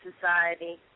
society